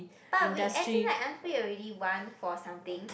but we actually like aren't we already one for something